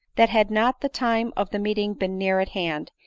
that had not the time of the meeting been near at hand,